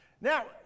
now